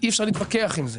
אי אפשר להתווכח עם זה,